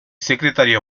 secretario